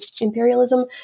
imperialism